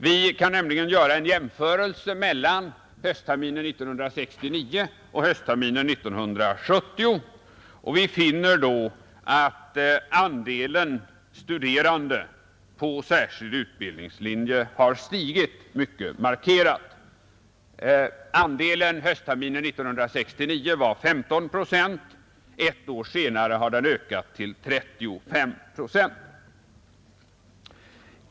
Vi kan nämligen göra en jämförelse mellan höstterminen 1969 och höstterminen 1970 och finner då att andelen studerande på särskild utbildningslinje har stigit mycket markerat. Den var höstterminen 1969 15 procent, ett år senare har den ökat till 35 procent.